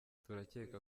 turakeka